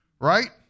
Right